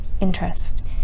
interest